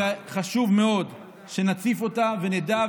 שחשוב מאוד שנציף אותה ונדע.